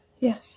Yes